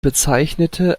bezeichnete